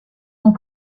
ont